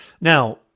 Now